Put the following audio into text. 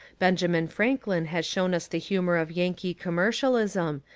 benjamin franklin has shewn us the hu mour of yankee commercialism,